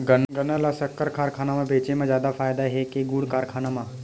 गन्ना ल शक्कर कारखाना म बेचे म जादा फ़ायदा हे के गुण कारखाना म?